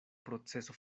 proceso